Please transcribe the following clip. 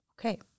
Okay